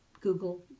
google